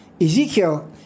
Ezekiel